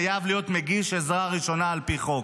חייב להיות מגיש עזרה ראשונה על פי חוק.